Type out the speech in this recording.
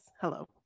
hello